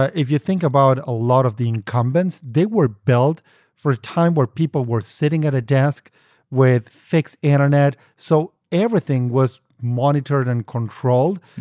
ah if you think about a lot of the incumbents, they were built for a time where people were sitting at a desk with fixed internet. so everything was monitored and controlled.